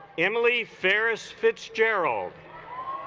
emily ferris fitzgerald